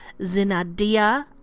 Zinadia